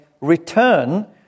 return